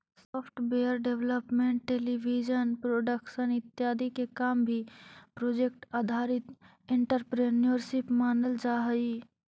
software development television production इत्यादि काम के भी प्रोजेक्ट आधारित एंटरप्रेन्योरशिप मानल जा हई